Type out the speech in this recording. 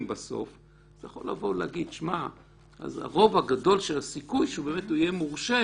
בסוף אתה יכול להגיד שרוב הסיכוי הגדול שהוא יהיה מורשה